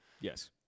Yes